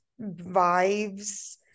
vibes